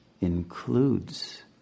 Includes